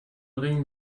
ring